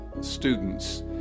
students